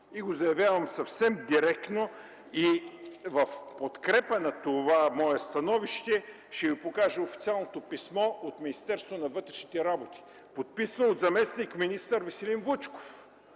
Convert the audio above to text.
Заявявам го съвсем директно. В подкрепа на това мое становище ще Ви покажа официалното писмо от Министерството на вътрешните работи, подписано от заместник министъра господин Веселин